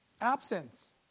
Absence